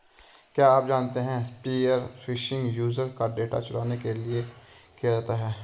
क्या आप जानते है स्पीयर फिशिंग यूजर का डेटा चुराने के लिए किया जाता है?